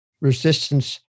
resistance